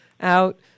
out